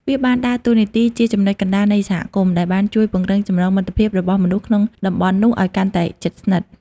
វាបានដើរតួនាទីជាចំណុចកណ្តាលនៃសហគមន៍ ដែលបានជួយពង្រឹងចំណងមិត្តភាពរបស់មនុស្សក្នុងតំបន់នោះឲ្យកាន់តែជិតស្និទ្ធ។